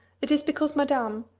it is because madame,